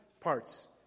parts